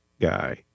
guy